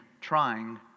trying